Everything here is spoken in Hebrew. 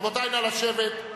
רבותי, נא לשבת.